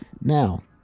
Now